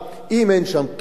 אם אין שם קניונים,